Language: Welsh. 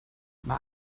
mae